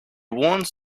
wants